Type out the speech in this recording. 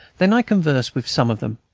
then i conversed with some of them.